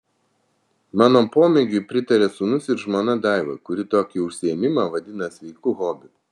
mano pomėgiui pritaria sūnus ir žmona daiva kuri tokį užsiėmimą vadina sveiku hobiu